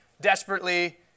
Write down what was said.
desperately